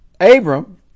Abram